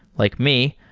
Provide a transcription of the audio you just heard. like me,